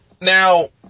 Now